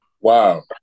Wow